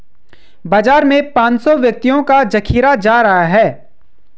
बाजार में पांच सौ व्यक्तियों का जखीरा जा रहा है